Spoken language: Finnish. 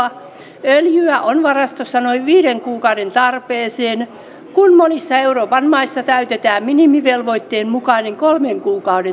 öljyä on varastossa noin viiden kuukauden tarpeeseen kun monissa euroopan maissa täytetään minimivelvoitteen mukainen kolmen kuukauden taso